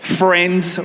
friends